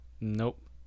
Nope